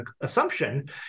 assumption